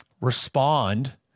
respond